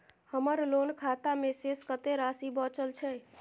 हमर लोन खाता मे शेस कत्ते राशि बचल छै?